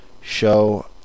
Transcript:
show